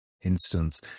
Instance